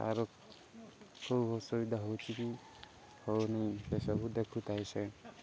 ତା'ର ଖୁବ୍ ଅସୁବିଧା ହେଉଛି କିି ହେଉନି ଏସବୁ ଦେଖୁଥାଏ ସେ